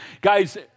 Guys